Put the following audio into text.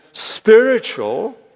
spiritual